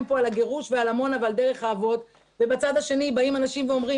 כאן על הגירוש ועל המון ומהצד השני באים אנשים ואומרים